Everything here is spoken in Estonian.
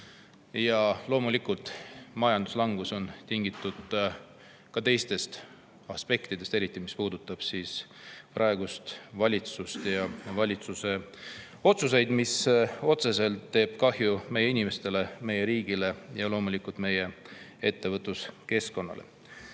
Ja loomulikult on majanduslangus tingitud ka teistest aspektidest. Eriti puudutab see praegust valitsust ja valitsuse otsuseid, mis otseselt teevad kahju meie inimestele, meie riigile ja loomulikult meie ettevõtluskeskkonnale.